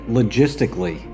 logistically